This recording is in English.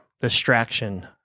distraction